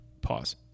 Pause